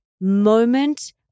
moment